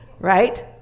right